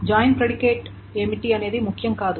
join predicate ఏమిటి అనేది ముఖ్యం కాదు